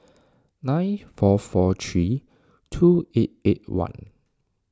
nine four four three two eight eight one